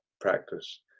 practice